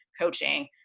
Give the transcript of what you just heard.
coaching